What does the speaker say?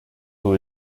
who